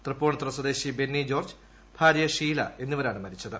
തൃപ്പൂണിത്തുറ സ്വദേശി ബെന്നിജോർജ് ഭാര്യ ഷീല എന്നിവരാണ് മരിച്ചത്